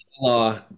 law